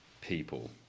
people